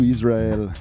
Israel